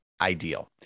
ideal